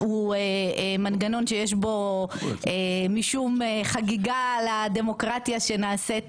הוא מנגנון שיש בו משום חגיגה לדמוקרטיה שנעשית